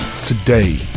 today